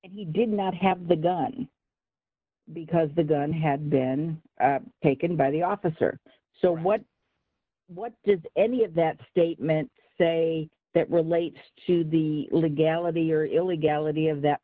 and he did not have the gun because the gun had been taken by the officer so what what does any of that statement say that relates to the legality or illegality of that